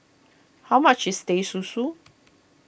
how much is Teh Susu